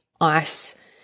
ice